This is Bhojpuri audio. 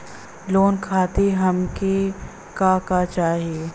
लोन खातीर हमके का का चाही?